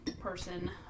person